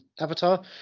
Avatar